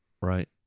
right